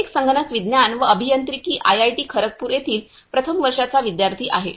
take संगणक विज्ञान व अभियांत्रिकी आयआयटी खरगपूर येथील प्रथम वर्षाचा विद्यार्थी आहे